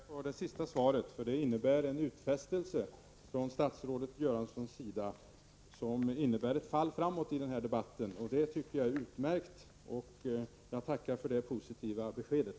Herr talman! Jag ber att få tacka för det senaste svaret, för det betyder en utfästelse från statsrådet Göranssons sida som betyder ett fall framåt i den här debatten. Det tycker jag är utmärkt, och jag tackar för det positiva beskedet.